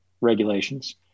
regulations